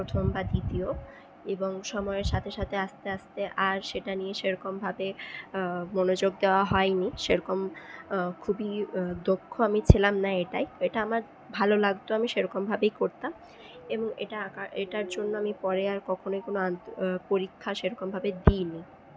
প্রথম বা দ্বিতীয় এবং সময়ের সাথে সাথে আস্তে আস্তে আর সেটা নিয়ে সেরকমভাবে মনোযোগ দেওয়া হয়নি সেরকম খুবই দক্ষ আমি ছিলাম না এটায় এটা আমার ভালো লাগতো আমি সেরকমভাবেই করতাম এবং এটা আঁকা এটার জন্য আমি পরে আর কখনই কোনো আন্ত পরীক্ষা সেরকমভাবে দিইনি